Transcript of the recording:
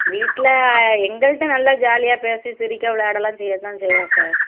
வீட்டில் எங்கள்ட்ட நல்லா ஜாலியாக பேசி சிரிக்க விளையாடலாம் செய்ய தான் செய்வாள் சார்